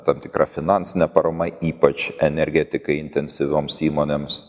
tam tikra finansine parama ypač energetikai intensyvioms įmonėms